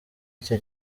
icyo